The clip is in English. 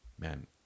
man